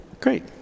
great